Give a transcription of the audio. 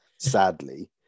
sadly